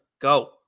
go